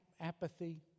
apathy